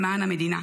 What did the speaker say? למען המדינה,